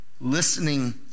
listening